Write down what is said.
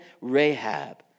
Rahab